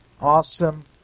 awesome